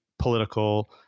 political